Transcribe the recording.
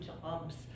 jobs